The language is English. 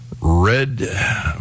Red